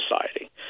society